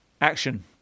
action